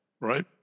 Right